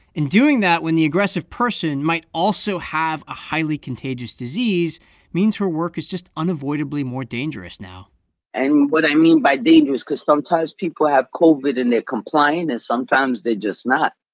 and doing that when the aggressive person might also have a highly contagious disease means her work is just unavoidably more dangerous now and what i mean by dangerous cause sometimes people have covid, and they're compliant. and sometimes they're just not.